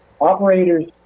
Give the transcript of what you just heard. operators